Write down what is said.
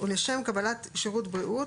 ולשם קבלת שירות בריאות,